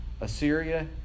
Assyria